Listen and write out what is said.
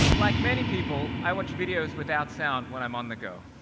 like many people, i watch videos without sound when i'm on the go.